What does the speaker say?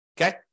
Okay